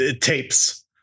tapes